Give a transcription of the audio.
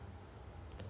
what is the worst